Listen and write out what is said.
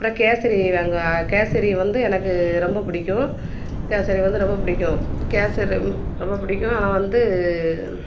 அப்புறம் கேசரி அங்கே கேசரி வந்து எனக்கு ரொம்ப பிடிக்கும் கேசரி வந்து ரொம்ப பிடிக்கும் கேசரி ரொம் ரொம்ப பிடிக்கும் ஆனால் வந்து